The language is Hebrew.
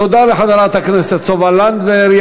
תודה לחברת הכנסת סופה לנדבר.